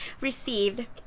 received